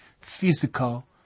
physical